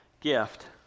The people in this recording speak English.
gift